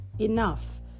enough